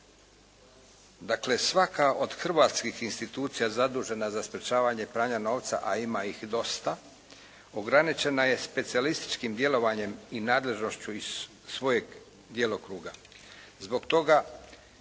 Dakle, svaka od hrvatskih institucija zadužena za sprječavanje pranja novca, a ima ih dosta ograničena je specijalističkim djelovanjem i nadležnošću iz svojeg djelokruga. Zbog toga